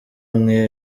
nk’iyo